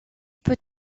peut